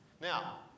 Now